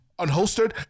Unholstered